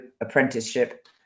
apprenticeship